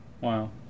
Wow